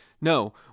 No